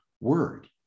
word